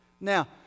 Now